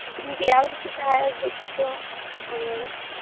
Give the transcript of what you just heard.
ನಿಮ್ಗೆ ಯಾವ ರೀತಿ ಸಹಾಯ ಆಗಬೇಕಿತ್ತು ಮೇಡಮ್